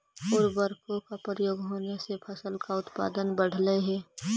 उर्वरकों का प्रयोग होने से फसल का उत्पादन बढ़लई हे